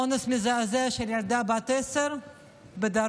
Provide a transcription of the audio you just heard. אונס מזעזע של ילדה בת עשר בדרום,